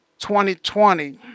2020